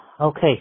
Okay